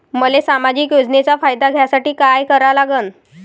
मले सामाजिक योजनेचा फायदा घ्यासाठी काय करा लागन?